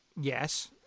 Yes